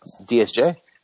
DSJ